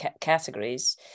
categories